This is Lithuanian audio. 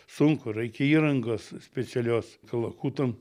sunku reikia įrangos specialios kalakutam